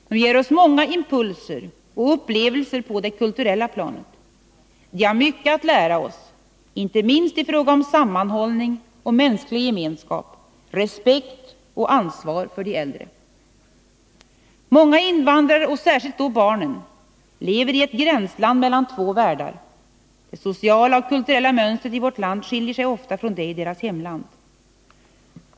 De ger oss många impulser och upplevelser på det kulturella planet. De har mycket att lära oss, inte minst i fråga om sammanhållning och mänsklig gemenskap, respekt och ansvar för de äldre. Många invandrare, och särskilt då barnen, lever i ett gränsland mellan två världar. Det sociala och kulturella mönstret i vårt land skiljer sig ofta från det i deras hemland.